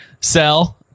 sell